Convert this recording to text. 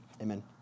Amen